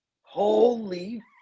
Holy